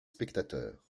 spectateurs